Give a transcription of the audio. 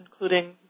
including